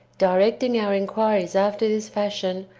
directing our inquiries after this fashion,